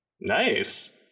Nice